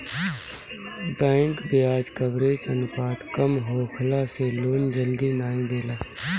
bank बियाज coverage अनुपात कम होखला से लोन जल्दी नाइ देला